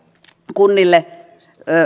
kunnille